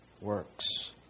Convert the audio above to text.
works